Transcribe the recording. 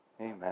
Amen